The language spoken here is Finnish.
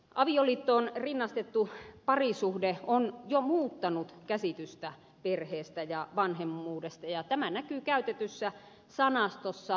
avioliittoon rinnastettu parisuhde on jo muuttanut käsitystä perheestä ja vanhemmuudesta ja tämä näkyy käytetyssä sanastossa